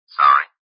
sorry